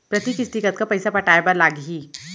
प्रति किस्ती कतका पइसा पटाये बर लागही?